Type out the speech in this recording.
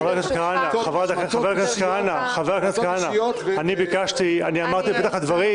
חבר הכנסת כהנא, אמרתי בפתח הדברים